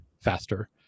faster